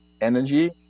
Energy